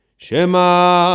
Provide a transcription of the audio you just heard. Shema